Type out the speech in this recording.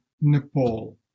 Nepal